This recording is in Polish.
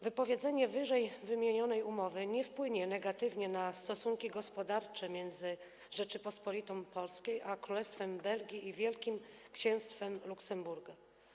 Wypowiedzenie ww. umowy nie wpłynie negatywnie na stosunki gospodarcze między Rzecząpospolitą Polską a Królestwem Belgii i Wielkim Księstwem Luksemburga.